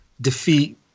defeat